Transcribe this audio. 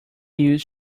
use